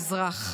והאזרח".